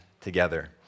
together